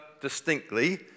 distinctly